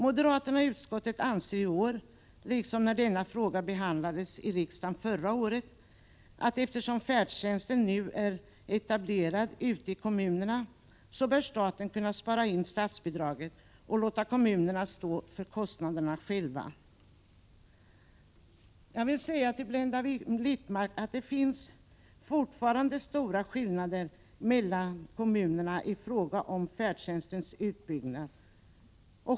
Moderaterna anser i år, liksom när denna fråga behandlades i riksdagen förra året, att eftersom färdtjänsten nu är etablerad ute i kommunerna bör staten kunna spara in statsbidraget och låta kommunerna stå för kostnaderna själva. Jag vill säga till Blenda Littmarck att det fortfarande finns stora skillnader mellan kommunerna i fråga om färdtjänstens utbyggnad.